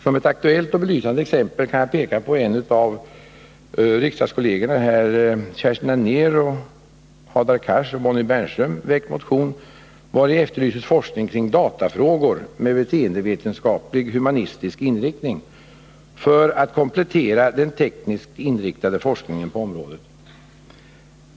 Som ett aktuellt och belysande exempel kan jag peka på en av riksdagskollegerna Kerstin Anér, Hadar Cars och Bonnie Bernström väckt motion, vari efterlyses forskning kring datafrågor med beteendevetenskaplig/humanistisk inriktning för att komplettera den tekniskt inriktade forskningen på området.